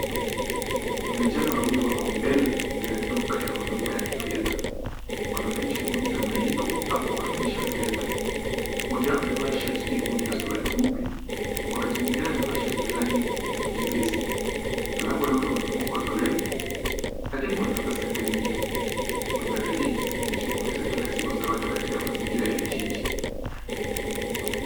Vijana wawili wako mbele la duka la huduma kifedha. Wanafanya shughuli za malipo au kuhamisha fedha. Mmoja wao amevaa shati jekundu na suruali fupi wakati mwingine amevaa la rangi nyepesi. Mlango duka umefungwa kwa grill lakini kuna nafasi ya kuingia. Mandari hii ni ya shughuli ya watu ya kila siku kwenye mazingira ya jiji.